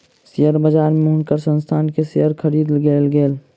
share बजार में हुनकर संस्थान के शेयर खरीद लेल गेल